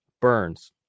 Burns